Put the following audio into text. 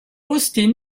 austin